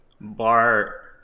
bar